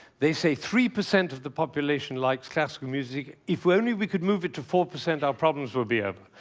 they say three percent of the population likes classical music. if only we could move it to four percent, our problems would be over.